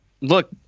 Look